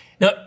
Now